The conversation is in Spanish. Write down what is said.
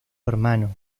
hermano